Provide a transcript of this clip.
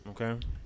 Okay